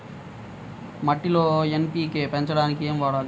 మట్టిలో ఎన్.పీ.కే పెంచడానికి ఏమి వాడాలి?